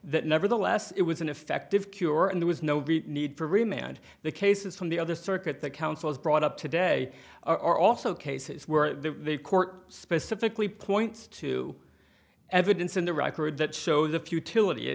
that nevertheless it was an effective cure and there was no need for remained the cases from the other circuit that counsel is brought up today are also cases where the court specifically points to evidence in the record that show the futility